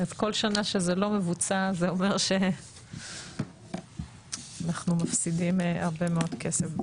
אז כל שנה שזה לא מבוצע זה אומר שאנחנו מפסידים הרבה מאוד כסף.